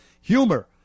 humor